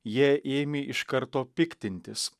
jie ėmė iš karto piktintis